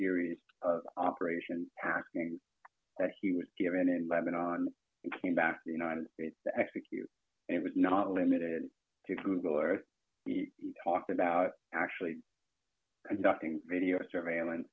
series of operations packing that he was given in lebannon came back to the united states to execute it was not limited to google or talked about actually conducting video surveillance